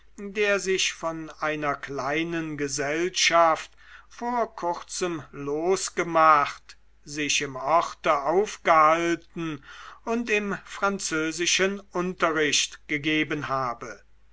der sich von einer kleinen gesellschaft vor kurzem losgemacht sich im orte aufgehalten und im französischen unterricht gegeben habe